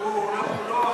הוא לא הכי גבוה במשכן, פשוט.